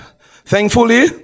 thankfully